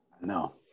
No